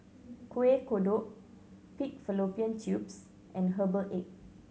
Kuih Kodok pig fallopian tubes and herbal egg